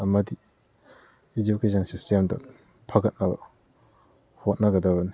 ꯑꯃꯗꯤ ꯏꯗꯨꯀꯦꯁꯟ ꯁꯤꯁꯇꯦꯝꯗ ꯐꯒꯠꯅꯕ ꯍꯣꯠꯅꯒꯗꯕꯅꯤ